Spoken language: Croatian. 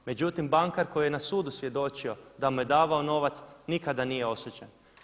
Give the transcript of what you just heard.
Međutim, bankar koji je na sudu svjedočio da mu je davao novac nikada nije osuđen.